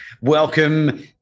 Welcome